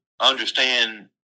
understand